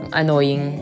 annoying